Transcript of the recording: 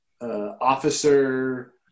officer